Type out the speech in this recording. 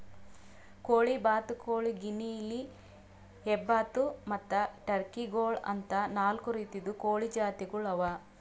ಕೋಳಿ, ಬಾತುಕೋಳಿ, ಗಿನಿಯಿಲಿ, ಹೆಬ್ಬಾತು ಮತ್ತ್ ಟರ್ಕಿ ಗೋಳು ಅಂತಾ ನಾಲ್ಕು ರೀತಿದು ಕೋಳಿ ಜಾತಿಗೊಳ್ ಅವಾ